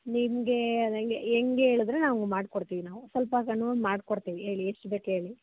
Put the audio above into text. ನಿಮಗೆ ಅದೆಂಗೆ ಹೆಂಗ್ ಹೇಳ್ದ್ರೆ ನಾವು ಮಾಡಿಕೊಡ್ತೀವಿ ನಾವು ಸ್ವಲ್ಪ ಕಡ್ಮೆಗೆ ಮಾಡಿಕೊಡ್ತೀವಿ ಹೇಳಿ ಎಷ್ಟು ಬೇಕು ಹೇಳಿ